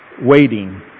waiting